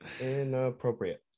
inappropriate